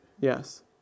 Yes